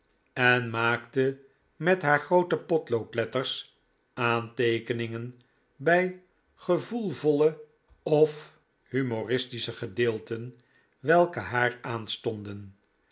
en maakte met haar groote potloodletters aanteekeningen bij gevoelvolle of humoristische gedeelten welke haar aanstonden